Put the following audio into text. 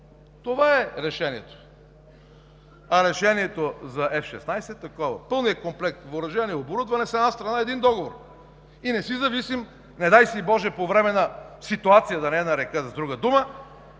Това е решението, а решението за F-16 e такова – пълният комплект въоръжение и оборудване са една страна, един договор и не си зависим. Не дай си боже, по време на ситуация, да не я наричам с друга дума,